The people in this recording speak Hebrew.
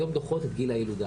היום הן דוחות את גיל הילודה.